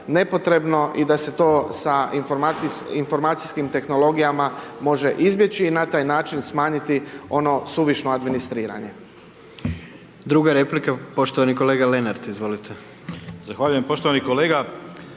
nepotrebno i da se to sa informacijskim tehnologijama može izbjeći i na taj način smanjiti ono suvišno administriranje. **Jandroković, Gordan (HDZ)** Druga replika, poštovani kolega